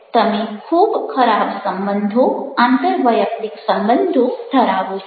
તમે ખૂબ ખરાબ સંબંધો આંતરવૈયક્તિક સંબંધો ધરાવો છો